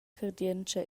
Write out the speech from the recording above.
cardientscha